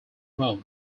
mode